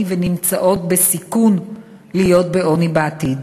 ונמצאות בסיכון להיות בעוני בעתיד.